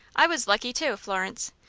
i was lucky, too, florence.